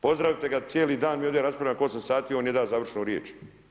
Pozdravite ga, cijeli dan mi ovdje raspravljamo 8 sati on ne da završnu riječ.